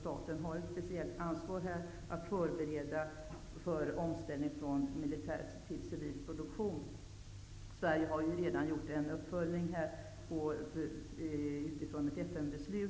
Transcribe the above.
staten har ett speciellt ansvar när det gäller att förbereda för omställning från militär till civil produktion. Sverige har redan gjort en uppföljning i detta avseende utifrån ett FN-beslut.